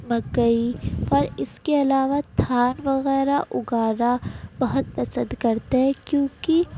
مکئی اور اس کے علاوہ دھان وغیرہ اگانا بہت پسند کرتے ہیں کیونکہ